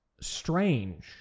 strange